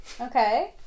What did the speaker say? Okay